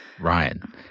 Ryan